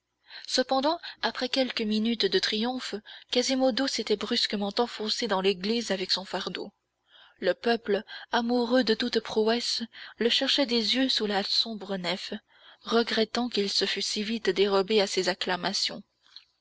cependant après quelques minutes de triomphe quasimodo s'était brusquement enfoncé dans l'église avec son fardeau le peuple amoureux de toute prouesse le cherchait des yeux sous la sombre nef regrettant qu'il se fût si vite dérobé à ses acclamations